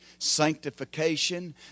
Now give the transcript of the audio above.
sanctification